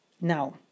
Now